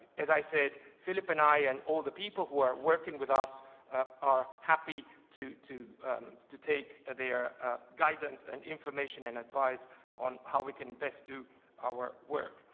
as i said, philip and i and all the people who are working with us are happy to to take ah their guidance and information and advice on how we can best do our work.